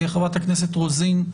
חברת הכנסת רוזין,